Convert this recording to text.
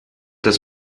das